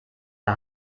der